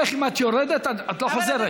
אם את יורדת, את לא חוזרת.